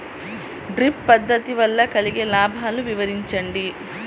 Drip పద్దతి వల్ల కలిగే లాభాలు వివరించండి?